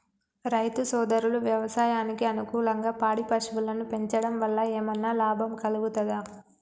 రైతు సోదరులు వ్యవసాయానికి అనుకూలంగా పాడి పశువులను పెంచడం వల్ల ఏమన్నా లాభం కలుగుతదా?